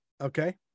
Okay